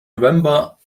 november